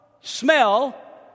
smell